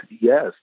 yes